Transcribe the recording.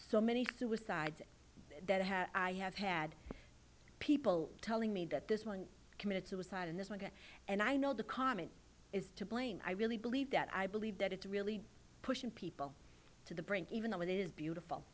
so many suicides that i have i have had people telling me that this one committed suicide in this one and i know the comment is to blame i really believe that i believe that it's really pushing people to the brink even though it is beautiful